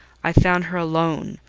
i found her alone.